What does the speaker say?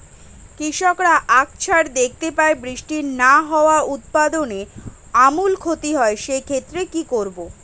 কৃষকরা আকছার দেখতে পায় বৃষ্টি না হওয়ায় উৎপাদনের আমূল ক্ষতি হয়, সে ক্ষেত্রে কি করব?